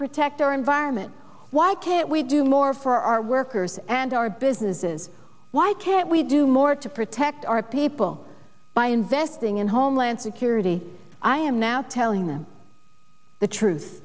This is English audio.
protect our environment why can't we do more for our workers and our businesses why can't we do more to protect our people by investing in homeland security i am now telling them the truth